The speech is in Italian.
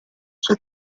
suoi